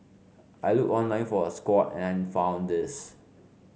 I looked online for a squat and found this